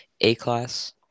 A-class